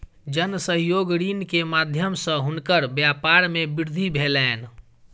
जन सहयोग ऋण के माध्यम सॅ हुनकर व्यापार मे वृद्धि भेलैन